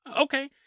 Okay